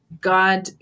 god